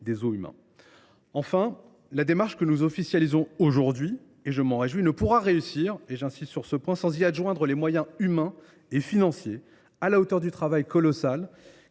des zoos humains. Enfin, la démarche que nous officialisions aujourd’hui ne pourra pas réussir – j’insiste sur ce point – sans y adjoindre les moyens humains et financiers à la hauteur du travail colossal